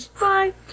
Bye